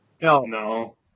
No